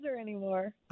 anymore